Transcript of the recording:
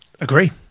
Agree